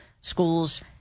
schools